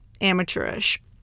amateurish